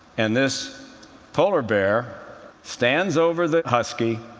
and this polar bear stands over the husky,